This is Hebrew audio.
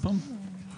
עוד פעם?